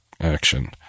action